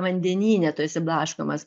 vandenyne tu esi blaškomas